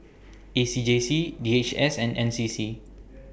A C J C D H S and N C C